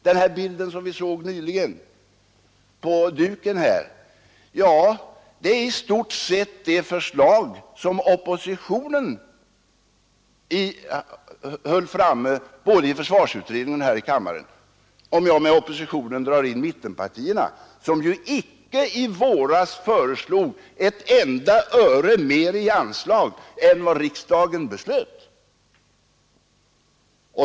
Den bild som vi nyss såg på duken motsvarar i stort sett det förslag som oppositionen förde fram både i försvarsberedningen och här i kammaren om jag med oppositionen avser mittenpartierna, som ju i våras icke föreslog ett enda öre mer i anslag än vad riksdagen beslöt.